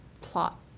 plot